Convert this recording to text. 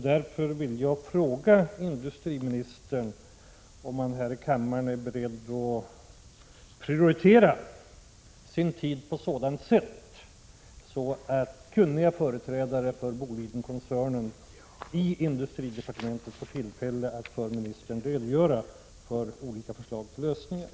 Därför vill jag fråga industriministern om han här i kammaren vill tala om huruvida han är beredd att prioritera sin tid på sådant sätt att kunniga företrädare för Bolidenkoncernen får tillfälle att i industridepartementet hos ministern redogöra för olika förslag till lösningar.